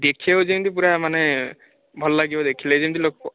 ଦେଖିଆକୁ ଯେମିତି ପୁରା ମାନେ ଭଲ ଲାଗିବ ଦେଖିଲେ ଯେମିତି ଲୋକ